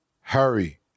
hurry